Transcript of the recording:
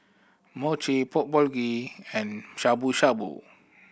Mochi Pork Bulgogi and Shabu Shabu